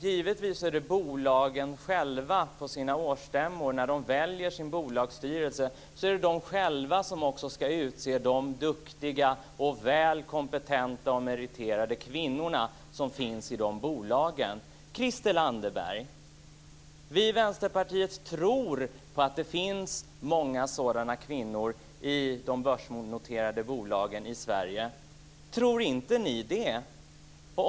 Givetvis är det bolagen själva som på sina årsstämmor där de väljer sin bolagsstyrelse som ska utse de duktiga och väl kompetenta och meriterade kvinnorna som finns i de bolagen. Vi i Vänsterpartiet tror att det finns många sådana kvinnor i de börsnoterade bolagen i Sverige, Christel Anderberg. Tror inte ni det?